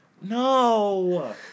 No